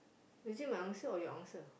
is it my answer or your answer